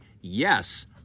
yes